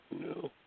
No